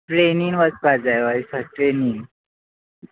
ट्रेनीन वचपाक जाय हय सर ट्रेनीन